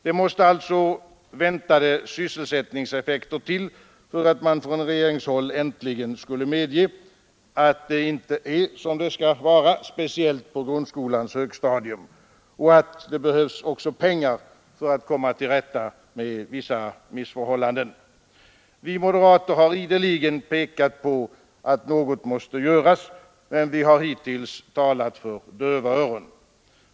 Det måste alltså väntade sysselsättningseffekter till för att man från regeringshåll äntligen skulle medge att det inte är som det skall vara, speciellt på grundskolans högstadium, och att det också behövs pengar för att man skall komma till rätta med vissa missförhållanden. Vi moderater har ideligen pekat på att något måste göras, men vi har hittills talat för döva öron.